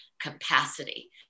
capacity